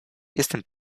jestem